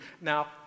Now